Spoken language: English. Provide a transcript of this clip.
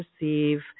receive